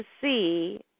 see